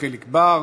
חיליק בר.